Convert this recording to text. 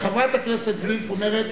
חבר הכנסת יואל חסון, בבקשה.